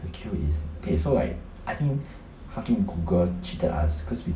the queue is okay so like I think fucking Google cheated us cause we